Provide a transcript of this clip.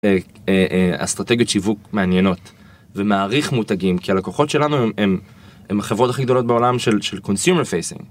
אסטרטגיות שיווק מעניינות, ומעריך מותגים, כי הלקוחות שלנו הם החברות הכי גדולות בעולם של consumer facing.